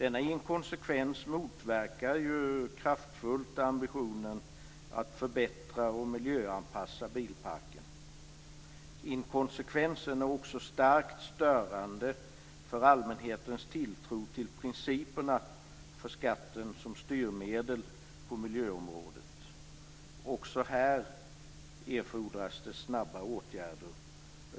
Denna inkonsekvens motverkar kraftfullt ambitionen att förbättra och miljöanpassa bilparken. Inkonsekvensen är också starkt störande för allmänhetens tilltro till principerna för skatten som styrmedel på miljöområdet. Också här erfordras det snabba åtgärder.